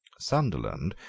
sunderland,